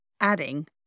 adding